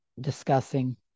discussing